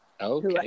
Okay